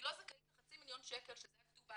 היא לא זכאית לחצי מיליון שקל שזו הכתובה